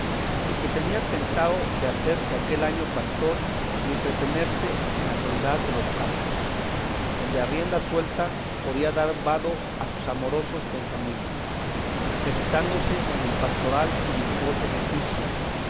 y que tenía pensado de hacerse aquel año pastor y entretenerse en la soledad de los campos donde a rienda suelta podía dar vado a sus amorosos pensamientos ejercitándose en el pastoral y virtuoso ejercicio